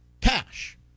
cash